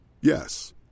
Yes